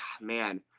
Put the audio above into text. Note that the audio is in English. man